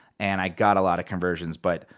and i got a lot of conversions. but,